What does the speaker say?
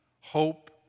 hope